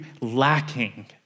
lacking